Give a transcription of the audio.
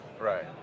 Right